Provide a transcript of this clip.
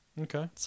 Okay